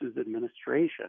Administration